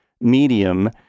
medium